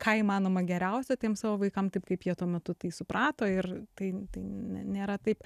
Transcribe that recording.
ką įmanoma geriausio tiem savo vaikam taip kaip jie tuo metu tai suprato ir tai tai nėra taip